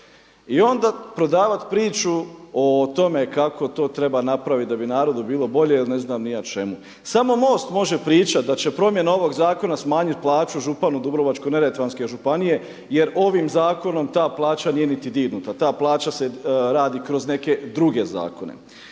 I onda prodavat priču o tome kako to treba napraviti da bi narodu bilo bolje ili ne znam ni ja čemu. Samo MOST može pričati da će promjena ovog zakona smanjiti plaću županu Dubrovačko-neretvanske županije jer ovim zakonom ta plaća nije niti dirnuta, ta plaća se radi kroz neke druge zakone.